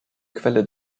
quelle